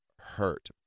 hurt